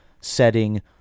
setting